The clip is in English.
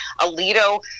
Alito